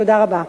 תודה רבה.